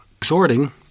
exhorting